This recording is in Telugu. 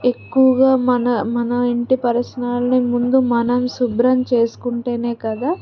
ఎక్కువగా మన మన ఇంటి పరిసరాలని ముందు మనం శుభ్రం చేసుకుంటేనే కదా